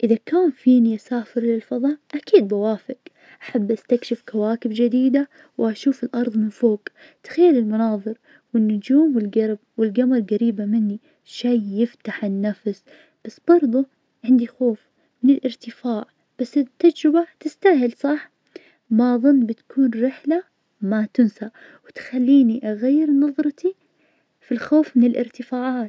الشهرة لها مزايا وعيوب, من مزاياها إنك تكون معروف, وتلجى فرص افضل في العمل, أوالمشاريع, بعد تجيب لك معجبين وداعمين, وهذا يحسسك إنك مهم في المجتمع, لكن من عيوبها, إن الخصوصية تنعدم, كل شي بتسويه يصير تحت المجهر, ممكن تتعرض لنجد جوي, وتتحمل ضغوطات من الإعلام, يعني الشهرة حلوة بس لها ثمن.